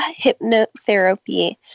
hypnotherapy